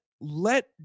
let